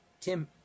Tim